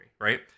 right